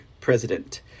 president